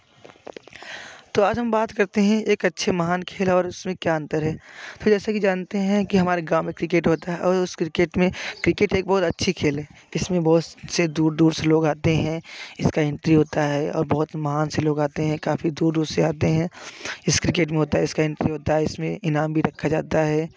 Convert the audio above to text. तो आज हम बात करते हैं एक अच्छे महान खेल और उसमें क्या अंतर है फिर ऐसे ही जानते हैं कि हमारे गाँव में क्रिकेट होता है और उस क्रिकेट में क्रिकेट एक बहुत अच्छी खेल है इसमें बहुत से दूर दूर से लोग आते हैं इसका एंट्री होता है और बहुत महान से लोग आते हैं काफ़ी दूर दूर से आते हैं इस क्रिकेट में होता है इसका एंट्री होता है इसमें इनाम भी रखा जाता है